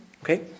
Okay